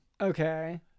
Okay